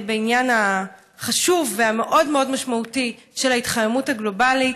בעניין החשוב והמאוד-מאוד משמעותי של ההתחממות הגלובלית.